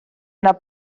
yno